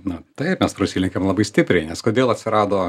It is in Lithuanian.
na taip mes prasilenkiam labai stipriai nes kodėl atsirado